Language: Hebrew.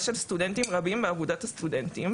של סטודנטים רבים באגודת הסטודנטים.